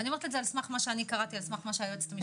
אני אומרת את זה על סמך מה שאני קראתי ומה שהיועצת המשפטית קראה.